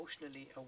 emotionally